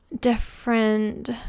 different